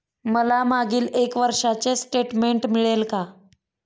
मला मागील एक वर्षाचे स्टेटमेंट मिळेल का?